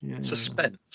Suspense